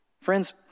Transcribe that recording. Friends